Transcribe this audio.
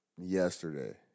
yesterday